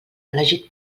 elegit